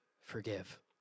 forgive